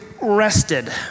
rested